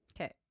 okay